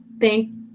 thank